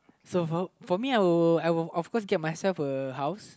so for for me I will I will of course get myself a house